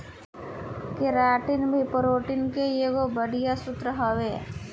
keratin भी protein के एगो बढ़िया स्रोत हवे